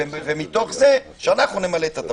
ומתוך זה שאנחנו נמלא את התפקיד.